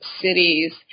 cities